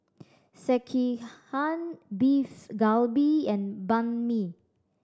Sekihan Beef Galbi and Banh Mi